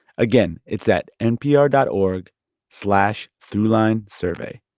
again, it's at npr dot org slash throughlinesurvey.